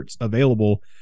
available